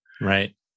right